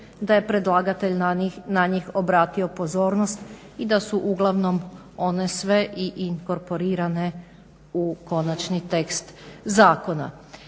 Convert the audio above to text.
da je predlagatelj na njih obratio pozornost i da su uglavnom one sve inkorporirane u konačni tekst zakona.